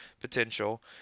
potential